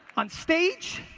on stage,